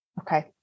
Okay